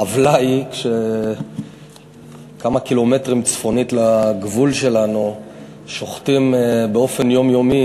העוולה היא שכמה קילומטרים צפונית לגבול שלנו שוחטים באופן יומיומי